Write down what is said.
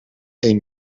één